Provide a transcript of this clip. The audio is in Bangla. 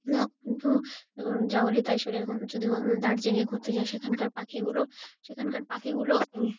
না কিন্তু যা বলি তাই শোনে এরকম যদি ধরুন দার্জিলিংয়ে ঘুরতে যাই সেখানকার পাখিগুলো সেখানকার পাখিগুলো